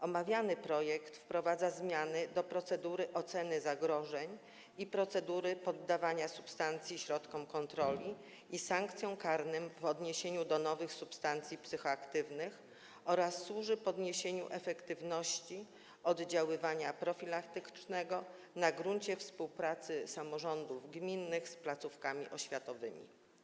Omawiany projekt wprowadza zmiany do procedury oceny zagrożeń i procedury poddawania substancji środkom kontroli i sankcjom karnym w odniesieniu do nowych substancji psychoaktywnych oraz służy podniesieniu efektywności oddziaływania profilaktycznego na gruncie współpracy samorządów gminnych z placówkami oświatowymi.